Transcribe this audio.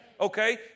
Okay